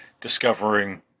discovering